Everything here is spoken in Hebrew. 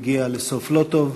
שסיפור החטופים הגיע לסוף לא טוב.